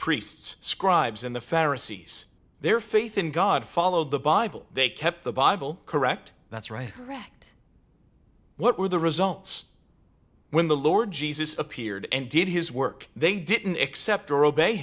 priests scribes in the pharisees their faith in god followed the bible they kept the bible correct that's right what were the results when the lord jesus appeared and did his work they didn't accept or obey